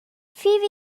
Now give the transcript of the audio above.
فیبی